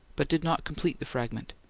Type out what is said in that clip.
but did not complete the fragment.